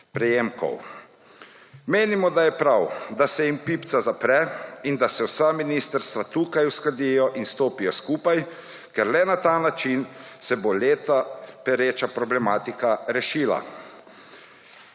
prejemkov. Menimo, da je prav, da se jim pipca zapre in da se vsa ministrstva tukaj uskladijo in stopijo skupaj, ker le na ta način se bo le-ta pereča problematika rešila.